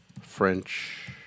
French